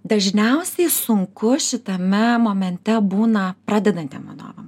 dažniausiai sunku šitame momente būna pradedantiem vadovam